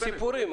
סיפורים.